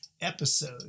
episode